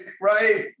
right